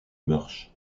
marche